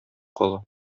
кала